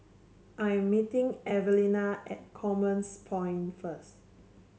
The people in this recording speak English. I am meeting Evelena at Commerce Point first